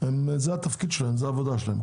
זה התפקיד שלהם, זו העבודה שלהם.